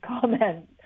comments